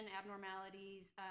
abnormalities